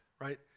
right